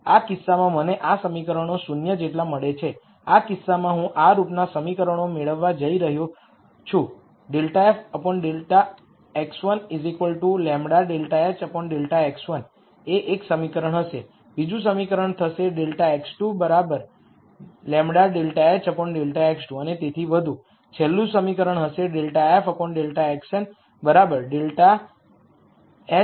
આ કિસ્સામાં મને આ સમીકરણો 0 જેટલા મળ્યાં છે આ કિસ્સામાં હું આ રૂપનાં સમીકરણો મેળવવા જઇ રહ્યો છું ∂f∂x1 λ ∂h∂x1 એ એક સમીકરણ હશે બીજુ સમીકરણ થશે ∂x2 λ ∂h∂x2 અને તેથી વધુ છેલ્લું સમીકરણ હશે ∂f ∂ xn λ ∂h ∂xn